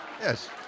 Yes